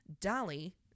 Dolly